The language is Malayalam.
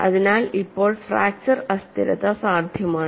അതിനാൽ ഇപ്പോൾ ഫ്രാക്ച്ചർ അസ്ഥിരത സാധ്യമാണ്